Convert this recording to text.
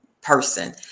person